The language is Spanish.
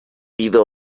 pido